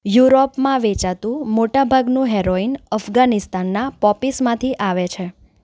યુરોપમાં વેચાતું મોટા ભાગનું હેરોઈન અફઘાનિસ્તાનના પોપીસમાંથી આવે છે